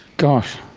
gosh.